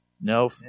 No